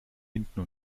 hinten